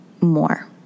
more